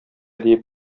диеп